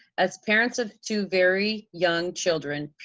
as parents of two very young children,